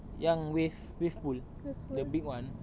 yang wave wave pool the big [one]